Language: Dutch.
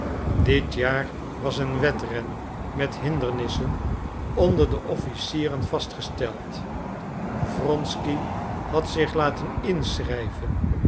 dit jaar was een wedren met hindernissen onder de officieren vastgesteld wronsky had zich laten inschrijven